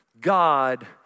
God